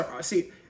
See